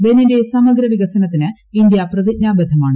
ബെനിന്റെ സമഗ്ര വികസനത്തിന് ഇന്ത്യ പ്രതിജ്ഞാബദ്ധമാണ്